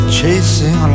chasing